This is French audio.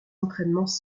entraînements